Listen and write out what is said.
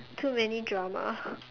too many drama